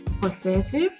possessive